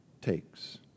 takes